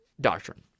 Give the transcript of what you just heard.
doctrine